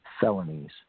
felonies